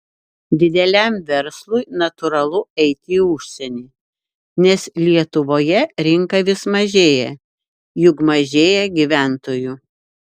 dideliam verslui natūralu eiti į užsienį nes lietuvoje rinka vis mažėja juk mažėja gyventojų